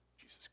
jesus